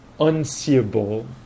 unseeable